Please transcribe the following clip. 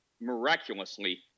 miraculously